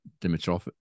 Dimitrov